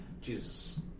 Jesus